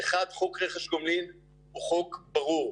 ראשית, חוק רכש גומלין הוא חוק ברור.